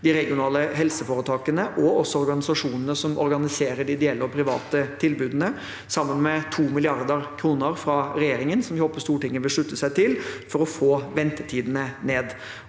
de regionale helseforetakene og også organisasjonene som organiserer de ideelle og private tilbudene, sammen med 2 mrd. kr fra regjeringen, som vi håper Stortinget vil slutte seg til, for å få ventetidene ned.